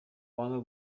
wanga